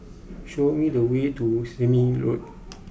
show me the way to Sime Road